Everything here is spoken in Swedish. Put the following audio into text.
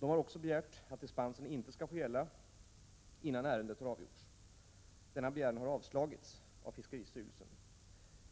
De har också begärt att dispensen inte skall få gälla innan ärendet har avgjorts. Denna begäran har avslagits av fiskeristyrelsen.